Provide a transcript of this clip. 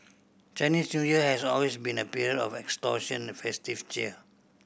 Chinese New Year has always been a period of extortion a festive cheer